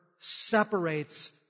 separates